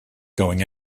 going